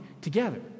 together